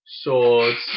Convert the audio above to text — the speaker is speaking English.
swords